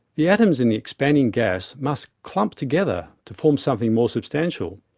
the atoms in the expanding gas must clump together to form something more substantial.